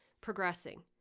Progressing